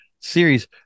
series